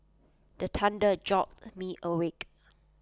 the thunder jolt me awake